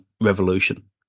Revolution